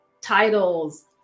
titles